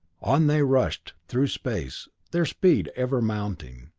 on they rushed through space, their speed ever mounting.